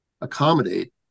accommodate